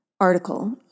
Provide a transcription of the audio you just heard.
article